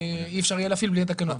אי אפשר יהיה להפעיל אותה בלי התקנות?